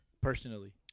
Personally